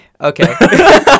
Okay